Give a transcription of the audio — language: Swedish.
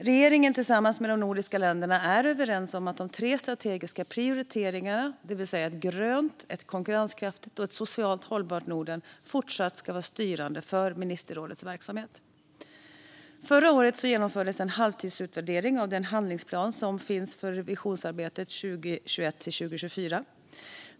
Regeringen tillsammans med de nordiska länderna är överens om att de tre strategiska prioriteringarna, det vill säga ett grönt, ett konkurrenskraftigt och ett socialt hållbart Norden fortsatt ska vara styrande för ministerrådets verksamhet. Förra året genomfördes en halvtidsutvärdering av den handlingsplan som finns för visionsarbetet 2021-2024.